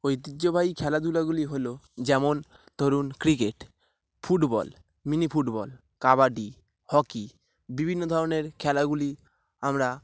ঐতিহ্যবাহী খেলাধুলাগুলি হলো যেমন ধরুন cricket football mini football kabaddi hockey বিভিন্ন ধরনের খেলাগুলি আমরা